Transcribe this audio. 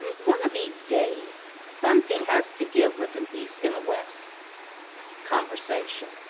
um one of these days something has to give with an east and a west conversation.